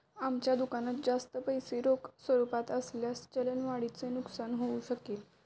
आमच्या दुकानात जास्त पैसे रोख स्वरूपात असल्यास चलन वाढीचे नुकसान होऊ शकेल